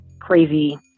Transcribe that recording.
crazy